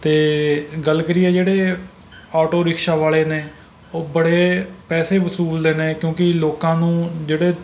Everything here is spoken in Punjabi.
ਅਤੇ ਗੱਲ ਕਰੀਏ ਜਿਹੜੇ ਆਟੋ ਰਿਕਸ਼ਾ ਵਾਲੇ ਨੇ ਉਹ ਬੜੇ ਪੈਸੇ ਵਸੂਲਦੇ ਨੇ ਕਿਉੰਕਿ ਲੋਕਾਂ ਨੂੰ ਜਿਹੜੇ